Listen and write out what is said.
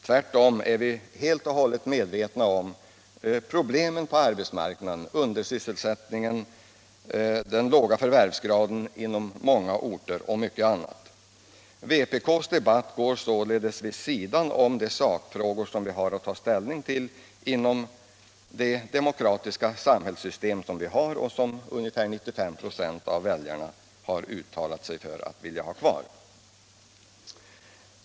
Tvärtom är vi helt och hållet medvetna om problemen på arbetsmarknaden, undersysselsättningen, den låga förvärvsgraden på många orter och mycket annat. Vpk:s debatt går således vid sidan om de sakfrågor som vi har att ta ställning till inom det demokratiska samhällssystem som vi har och som ungefär 95 96 av väljarna har uttalat sig för att vilja ha kvar.